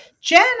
Jen